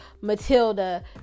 Matilda